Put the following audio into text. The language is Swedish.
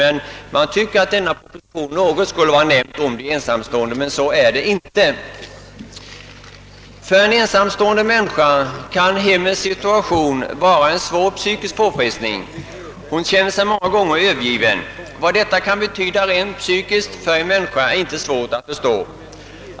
Men jag tycker ändå att de ensamstående borde ha nämnts i propositionen. För en ensamstående människa kan hennes situation vara en svår psykisk påfrestning. Hon känner sig många gånger övergiven. Vad detta kan betyda rent psykiskt är inte svårt att förstå.